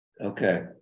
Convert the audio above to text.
okay